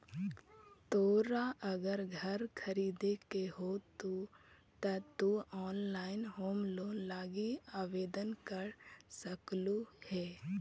तोरा अगर घर खरीदे के हो त तु ऑनलाइन होम लोन लागी आवेदन कर सकलहुं हे